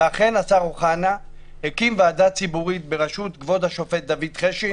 ואכן השר אוחנה הקים ועדה ציבורית בראשות כבוד השופט דוד חשין,